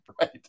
right